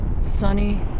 Sunny